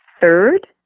third